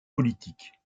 politique